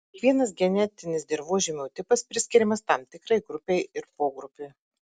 kiekvienas genetinis dirvožemio tipas priskiriamas tam tikrai grupei ir pogrupiui